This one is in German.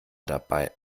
dabei